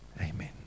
Amen